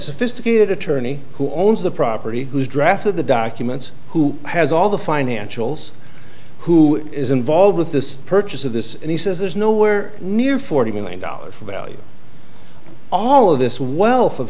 sophisticated attorney who owns the property who's drafted the documents who has all the financials who is involved with the purchase of this and he says there's nowhere near forty million dollars for value all of this wealth of